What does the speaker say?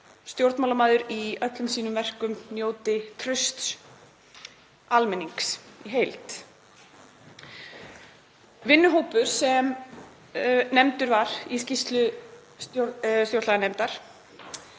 stjórnmálamaður í öllum sínum verkum njóti trausts almennings í heild. Vinnuhópur sem nefndur var í skýrslu stjórnlaganefndar